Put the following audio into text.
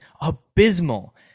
abysmal